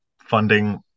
funding